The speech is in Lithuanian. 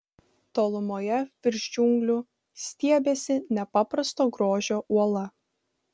tolumoje virš džiunglių stiebėsi nepaprasto grožio uola